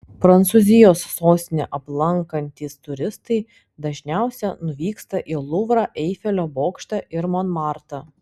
prancūzijos sostinę aplankantys turistai dažniausiai nuvyksta į luvrą eifelio bokštą ir monmartrą